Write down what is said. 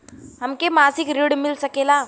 हमके मासिक ऋण मिल सकेला?